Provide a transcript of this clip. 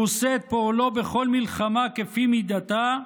והוא עושה פעלו בכל מלחמה כפי מידתה,